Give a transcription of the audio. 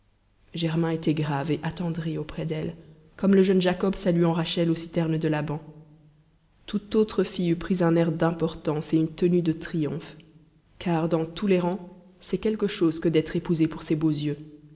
germain était grave et attendri auprès d'elle comme le jeune jacob saluant rachel aux citernes de laban toute autre fille eût pris un air d'importance et une tenue de triomphe car dans tous les rangs c'est quelque chose que d'être épousée pour ses beaux yeux